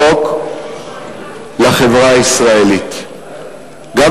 לחברה הישראלית עם אישור החוק,